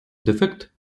дефект